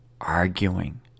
arguing